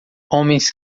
homens